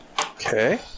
Okay